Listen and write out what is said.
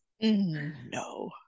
no